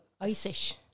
Irish